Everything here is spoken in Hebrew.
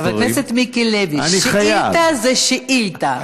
חבר הכנסת מיקי לוי, שאילתה זה שאילתה.